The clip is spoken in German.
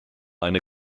eine